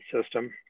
system